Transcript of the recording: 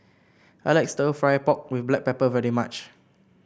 I like stir fry pork with Black Pepper very much